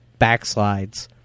backslides